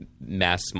mass